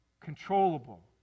Controllable